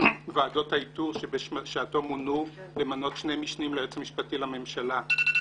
ועדות האיתור שבשעתו מונו למנות שני משנים ליועץ המשפטי לממשלה,